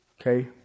Okay